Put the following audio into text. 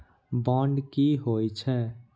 Bond की होई छै?